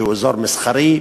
שהוא אזור מסחרי,